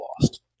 lost